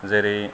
जेरै